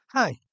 Hi